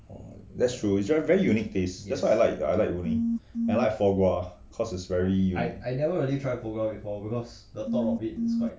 oh that's true is very very unique taste that's why I like I like woomi I like foie gras cause is very